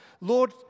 Lord